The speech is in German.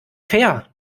fair